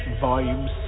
volume